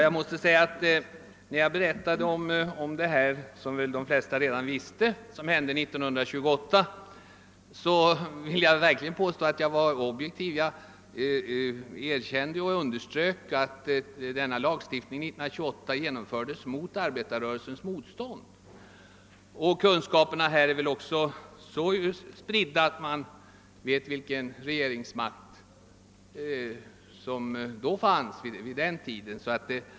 Herr talman! När jag berättade om den lagstiftning som skedde redan 1928 och som väl de flesta känner till var jag verkligen objektiv: jag underströk ju att lagen genomfördes trots arbetarrörelsens motstånd. Och kunskaperna här är väl så stora att man känner till vilken regering som vid tillfället i fråga hade makten.